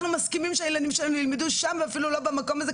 אנחנו מסכימים שהילדים שלנו ילמדו שם ואפילו לא במקום הזה,